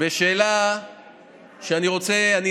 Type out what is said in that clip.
בשאלה שאני רוצה לענות עליה.